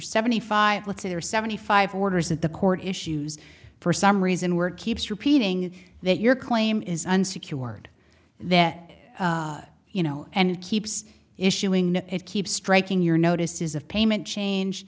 seventy five let's say there are seventy five orders that the court issues for some reason work keeps repeating that your claim is unsecured that you know and keeps issuing it keep striking your notices of payment change